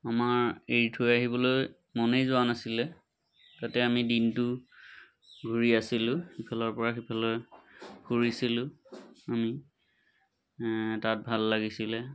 আমাৰ এৰি থৈ আহিবলৈ মনেই যোৱা নাছিলে তাতে আমি দিনটো ঘূৰি আছিলোঁ সিফালৰপৰা সিফালে ফুৰিছিলোঁ আমি তাত ভাল লাগিছিলে